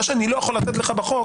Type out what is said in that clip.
מה שאני לא יכול לתת לך בחוק,